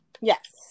Yes